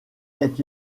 est